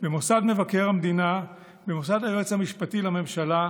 במוסד מבקר המדינה ובמוסד היועץ המשפטי לממשלה,